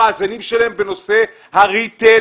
המאזנים שלהם בנושא הריטייל,